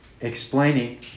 explaining